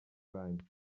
banki